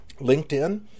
LinkedIn